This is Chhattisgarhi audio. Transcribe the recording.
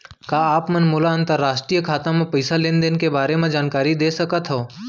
का आप मन मोला अंतरराष्ट्रीय खाता म पइसा लेन देन के बारे म जानकारी दे सकथव?